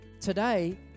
today